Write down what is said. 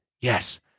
Yes